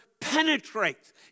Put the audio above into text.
penetrates